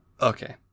Okay